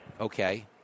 okay